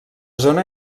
zona